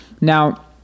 now